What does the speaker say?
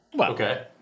Okay